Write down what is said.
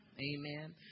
Amen